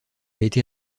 été